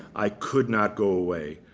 i could not go away.